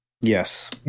Yes